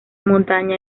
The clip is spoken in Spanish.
montaña